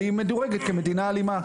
והיא מדורגת כמדינה אלימה.